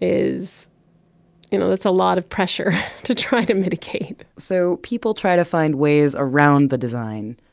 is you know a lot of pressure to try to mitigate so, people try to find ways around the design.